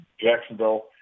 Jacksonville